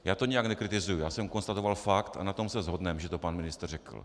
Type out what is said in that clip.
Já to nijak nekritizuji, já jsem konstatoval fakt, a na tom se shodneme, že to pan ministr řekl.